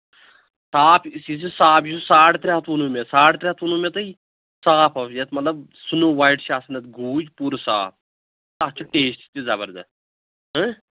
صاف چھُ صاف یہِ چھُ ساڑ ترٛےٚ ہَتھ ووٚنوُ مےٚ ساڑ ترٛےٚ ہَتھ ووٚنوُ مےٚ تۄہہِ صاف پَہَم یَتھ مطلب سُنو وایِٹ چھِ آسان اَتھ گوٗج پوٗرٕ صاف تَتھ چھُ ٹیسٹ تہِ زَبردس ہہ